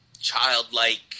childlike